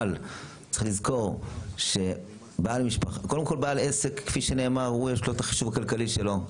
אבל צריך לזכור שלבעל עסק יש את החישוב הכלכלי שלו,